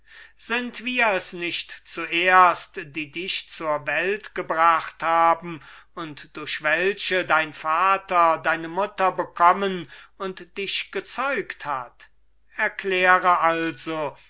sind wir es nicht zuerst die dich zur welt gebracht haben und durch welche dein vater deine mutter bekommen und dich gezeugt hat erkläre also